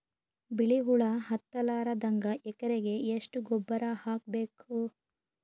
ಬಿಳಿ ಹುಳ ಹತ್ತಲಾರದಂಗ ಎಕರೆಗೆ ಎಷ್ಟು ಗೊಬ್ಬರ ಹಾಕ್ ಬೇಕು?